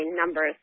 numbers